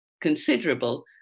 considerable